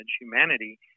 humanity